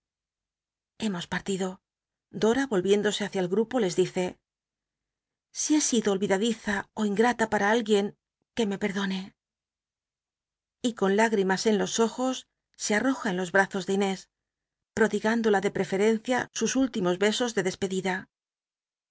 hemos partido dora volviéndose hácia el grupo les dice si he sido o yidadiza ó ingrata para nlguien que me perdone y con lágrimas en los ojos se utoja en los brazos de inés procligánclola de preferencia sus últimos besos de despedida